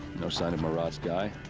no sign of marad's guy?